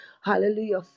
hallelujah